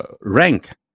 rank